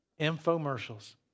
Infomercials